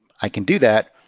i can do that.